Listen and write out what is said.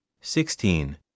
sixteen